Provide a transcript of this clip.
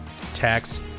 tax